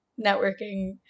networking